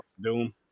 doom